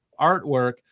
artwork